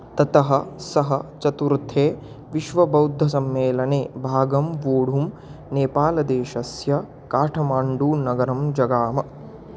ततः सः चतुर्थे विश्वबौद्धसम्मेलने भागं वोढुं नेपालदेशस्य काठ्मण्डूनगरं जगाम